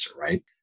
right